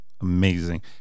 Amazing